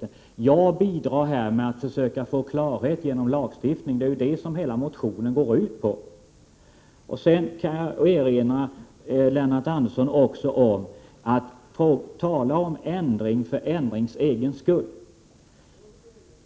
det. Jag bidrar här med att försöka skapa klarhet genom lagstiftning — det är det som hela motionen går ut på. Lennart Andersson talar om ändring för ändringens egen skull.